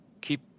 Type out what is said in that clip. keep